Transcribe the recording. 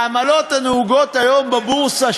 העמלות הנהוגות היום בבורסה,